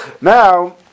now